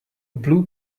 blue